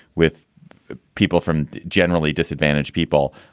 with people from generally disadvantaged people.